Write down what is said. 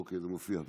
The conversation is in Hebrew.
אוקיי, זה מופיע.